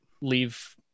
leave